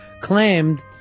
claimed